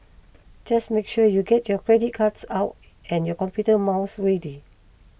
just make sure you get your credit cards out and your computer mouse ready